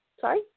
Sorry